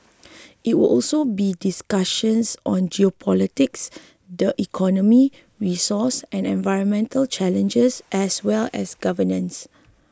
there will also be discussions on geopolitics the economy resource and environmental challenges as well as governance